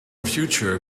future